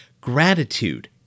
Gratitude